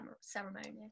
ceremony